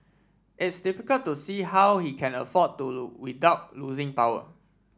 it's difficult to see how he can afford to without losing power